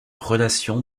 relation